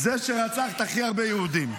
זה שרצח את הכי הרבה יהודים.